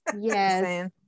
Yes